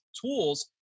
tools